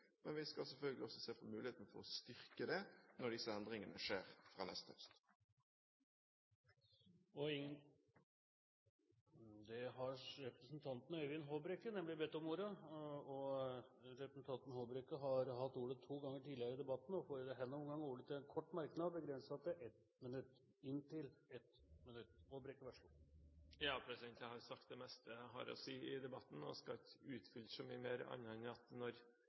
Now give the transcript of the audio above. men vi skal selvfølgelig også se på muligheten til å styrke det når disse endringene skjer, fra neste høst. Øyvind Håbrekke har hatt ordet to ganger tidligere og får ordet til en kort merknad, begrenset til 1 minutt. Jeg har sagt det meste jeg har å si i debatten, og jeg skal ikke utfylle så mye mer, annet enn å si at når